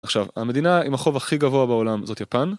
עכשיו המדינה עם החוב הכי גבוה בעולם זאת יפן.